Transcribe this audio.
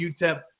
UTEP